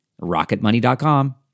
Rocketmoney.com